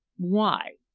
why?